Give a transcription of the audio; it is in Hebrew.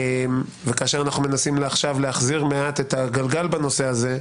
וכאשר אנחנו מנסים עכשיו להחזיר מעט את הגלגל בנושא הזה,